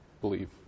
believe